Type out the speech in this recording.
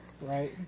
Right